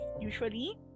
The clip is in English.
Usually